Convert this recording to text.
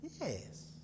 Yes